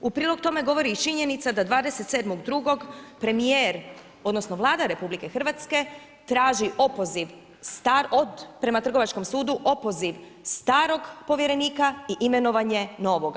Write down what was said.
U prilog tome govori i činjenica da 27.2. premijer odnosno Vlada RH traži opoziv starog, prema trgovačkom sudu starog povjerenika i imenovanje novoga.